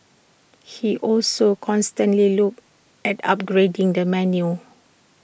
he also constantly looks at upgrading the menu